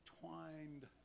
twined